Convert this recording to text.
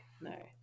No